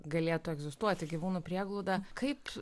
galėtų egzistuoti gyvūnų prieglauda kaip